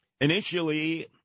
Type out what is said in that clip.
Initially